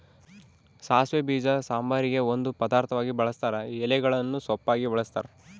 ಸಾಸಿವೆ ಬೀಜ ಸಾಂಬಾರಿಗೆ ಒಂದು ಪದಾರ್ಥವಾಗಿ ಬಳುಸ್ತಾರ ಎಲೆಗಳನ್ನು ಸೊಪ್ಪಾಗಿ ಬಳಸ್ತಾರ